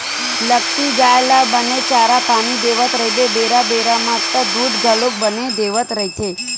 लगती गाय ल बने चारा पानी देवत रहिबे बेरा बेरा म त दूद घलोक बने देवत रहिथे